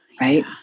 Right